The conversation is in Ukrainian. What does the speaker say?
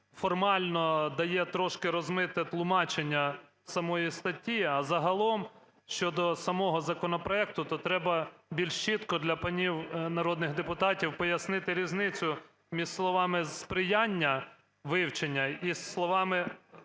формально дає трошки розмите тлумачення самої статті. А загалом щодо самого законопроекту, то треба більш чітко для панів народних депутатів пояснити різницю між словами "сприяння вивчення" і словами